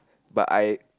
but I